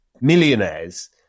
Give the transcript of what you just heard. millionaires